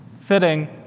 fitting